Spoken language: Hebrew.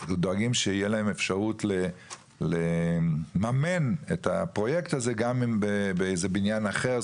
דואגים שתהיה להם אפשרות לממן את הפרויקט הזה גם אם בבניין אחר,